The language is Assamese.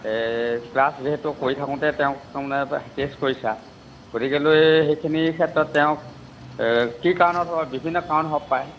ক্লাছ যিহেতু কৰি থাকোঁতে তেওঁক তাৰমানে টেষ্ট কৰিছা গতিকেলৈ সেইখিনি ক্ষেত্ৰত তেওঁক কি কাৰণত বিভিন্ন কাৰণ হ'ব পাৰে